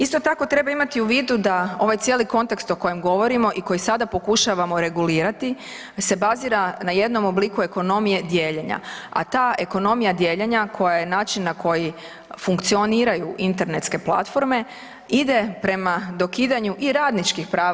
Isto tako treba imati u vidu da ovaj cijeli kontekst o kojem govorimo i kojeg sada pokušavamo regulirati se bazira na jednom obliku ekonomije dijeljenja, a ta ekonomija dijeljenja koja je način na koji funkcioniraju internetske platforme ide prema dokidanju i radničkih prava.